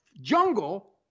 jungle